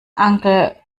uncle